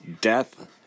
death